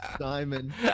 Simon